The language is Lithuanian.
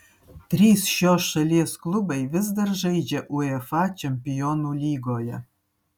trys šios šalies klubai vis dar žaidžia uefa čempionų lygoje